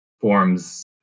forms